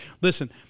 listen